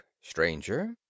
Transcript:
stranger